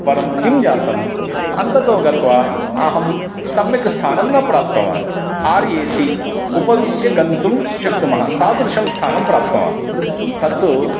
परं किं जातम् अन्ततो गत्वा अहं सम्यक् स्थानं न प्राप्तवान् आर् ए सि उपविश्य गन्तुं शक्नुमः तादृशं स्थानं प्राप्तवान् तत्तु